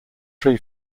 tree